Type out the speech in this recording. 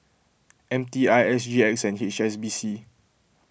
M T I S G X and H S B C